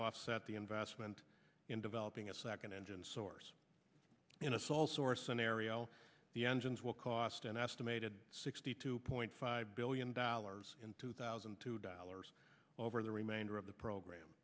offset the investment in developing a second engine source in a small source scenario the engines will cost an estimated sixty two point five billion dollars in two thousand and two dollars over the remainder of the program